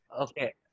Okay